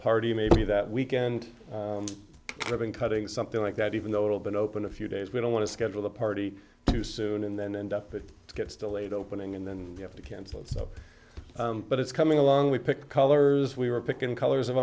party maybe that weekend having cutting something like that even though it'll been open a few days we don't want to schedule the party too soon and then end up it gets delayed opening and then we have to cancel it so but it's coming along we picked colors we were picking colors of